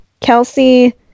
Kelsey